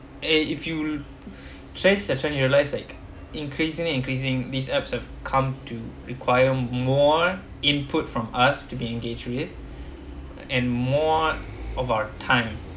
eh if you chase the trend you realise like increasingly increasing these apps have come to require more input from us to be engaged with and more of our time